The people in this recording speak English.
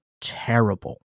terrible